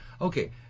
okay